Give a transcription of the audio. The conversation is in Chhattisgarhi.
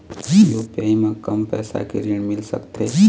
यू.पी.आई म कम पैसा के ऋण मिल सकथे?